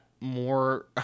more